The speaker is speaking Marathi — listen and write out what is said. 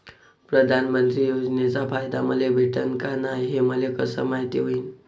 प्रधानमंत्री योजनेचा फायदा मले भेटनं का नाय, हे मले कस मायती होईन?